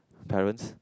parents